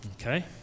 Okay